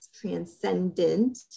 transcendent